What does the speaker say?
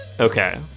Okay